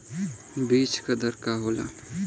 बीज दर का होला?